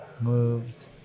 moved